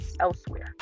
elsewhere